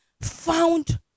found